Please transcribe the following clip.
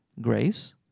Grace